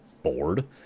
bored